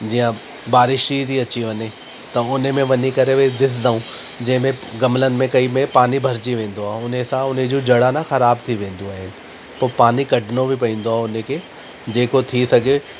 जीअं बारिश थी अची वञे त उन में वञी करे उहे ॾिसदऊं जंहिं में ग़मलनि में कई में पानी भरिजी वेंदो ऐं उन सां उन जो जड़ आहे न ख़राबु थी वेंदियूं आइन पो पानी कढणो बि पवंदो आहे उन खे जेको थी सघे